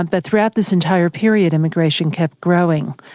ah but throughout this entire period, immigration kept growing,